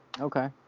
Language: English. okay